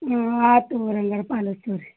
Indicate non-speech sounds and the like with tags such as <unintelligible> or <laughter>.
ಹ್ಞೂ ಆತು <unintelligible> ಹಂಗಾರೆ ಕಾಲ್ ಹಚ್ತೀವ್ ರೀ